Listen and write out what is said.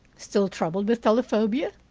still troubled with telephobia?